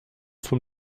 vom